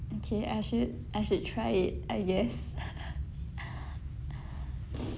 okay I should I should try it I guess